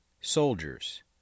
soldiers